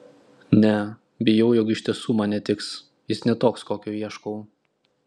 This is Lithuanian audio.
ne bijau jog iš tiesų man netiks jis ne toks kokio ieškau